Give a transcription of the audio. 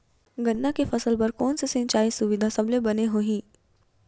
गन्ना के फसल बर कोन से सिचाई सुविधा सबले बने होही?